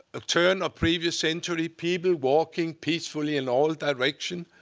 ah turn of previous century people walking peacefully in all directions.